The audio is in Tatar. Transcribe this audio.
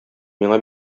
миңа